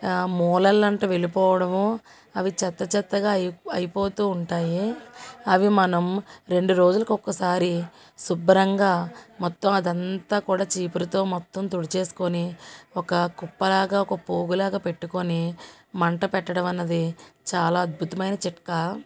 మూలలు అంటూ వెళ్ళిపోవడము అవి చెత్త చెత్తగా అయి అయిపోతూ ఉంటాయి అవి మనం రెండు రోజులకు ఒక్కసారి శుభ్రంగా మొత్తం అదంతా కూడా చీపురుతో మొత్తం తుడిచేసుకోని ఒక కుప్పలాగా ఒక పోగులాగా పెట్టుకొని మంట పెట్టడం అన్నది చాలా అద్భుతమైన చిట్కా